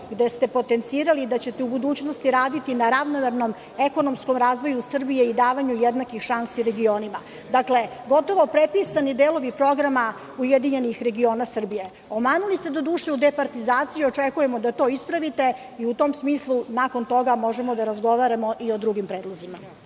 gde ste potencirali da ćete u budućnosti raditi na ravnomernom ekonomskom razvoju Srbije, i davanju jednakih šansi regionima. Dakle, gotovo prepisani delovi programa URS. Omanuli ste doduše u departizaciji. Očekujemo da to ispravite i u tom smislu, nakon toga možemo da razgovaramo i o drugim predlozima.